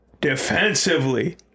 defensively